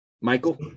Michael